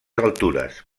altures